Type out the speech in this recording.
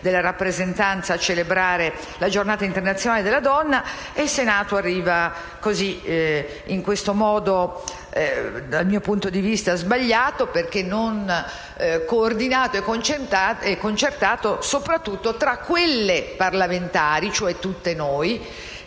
delle istituzioni a celebrare la Giornata internazionale della donna. Il Senato arriva a tale appuntamento in questo modo, dal mio punto di vista sbagliato, perché non coordinato e concertato soprattutto tra quelle parlamentari, cioè tutte noi,